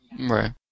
Right